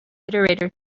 iterator